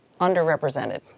underrepresented